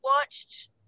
watched